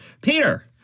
Peter